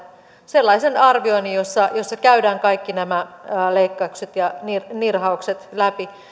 sellaisen arvioinnin jossa jossa käydään kaikki nämä leikkaukset ja nirhaukset läpi